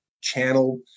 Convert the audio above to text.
channel